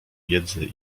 wiedzy